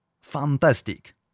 fantastic